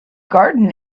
garden